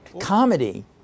Comedy